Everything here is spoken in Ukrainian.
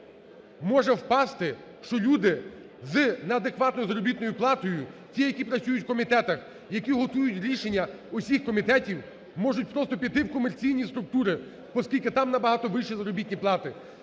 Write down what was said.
може впасти, що люди з неадекватною заробітною платою, ті, які працюють в комітетах, які готують рішення усіх комітетів, можуть просто піти в комерційні структури, оскільки там набагато вищі заробітні плати,